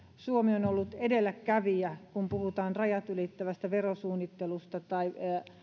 suomi on ollut edelläkävijä kun puhutaan rajat ylittävästä verosuunnittelusta tai